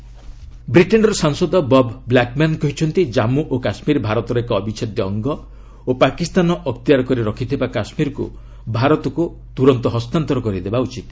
UK MP Kashmir ବ୍ରିଟେନ୍ର ସାଂସଦ Bob Blackman କହିଛନ୍ତି ଜନ୍ମୁ ଓ କାଶ୍ମୀର ଭାରତର ଏକ ଅବିଚ୍ଛେଦ୍ୟ ଅଙ୍ଗ ଓ ପାକିସ୍ତାନ ଅକ୍ତିଆର କରି ରଖିଥିବା କାଶ୍ମୀରକୁ ଭାରତକୁ ହସ୍ତାନ୍ତର କରିଦେବା ଉଚିତ